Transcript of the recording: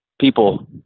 people